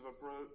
approach